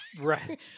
Right